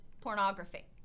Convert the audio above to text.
pornography